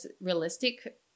realistic